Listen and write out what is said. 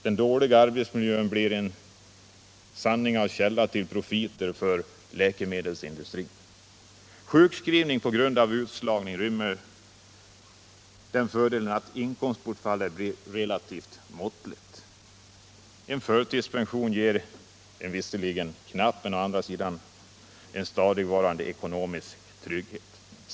Den dåliga arbetsmiljön blir i sanning en källa till profiter för läkemedelsindustrin. Sjukskrivning på grund av utslagning rymmer den fördelen att inkomstbortfallet blir relativt måttligt. En förtidspension ger en visserligen knapp men dock stadigvarande ekonomisk trygghet.